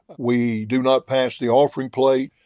we do not pass the offering plate.